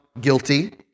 guilty